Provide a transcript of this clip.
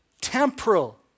temporal